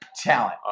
Talent